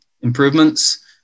improvements